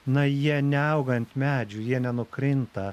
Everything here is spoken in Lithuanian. na jie neauga ant medžių jie nenukrinta